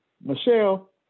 Michelle